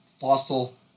fossil